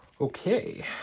Okay